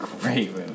great